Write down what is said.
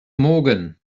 morgan